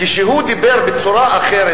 כשהוא דיבר בצורה אחרת,